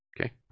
Okay